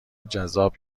جذاب